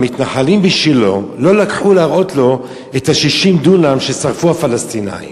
המתנחלים בשילה לא לקחו להראות לו את 60 הדונם ששרפו הפלסטינים,